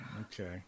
okay